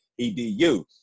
EDU